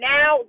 Now